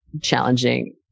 challenging